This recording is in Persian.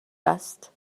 است